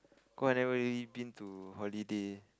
cause I never really been to holiday